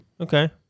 Okay